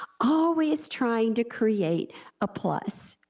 ah always trying to create a plus.